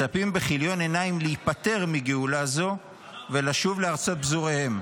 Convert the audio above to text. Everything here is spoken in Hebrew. מצפים בכיליון עיניים להיפטר מגאולה זו ולשוב לארצות פזוריהם".